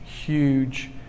huge